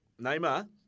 Neymar